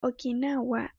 okinawa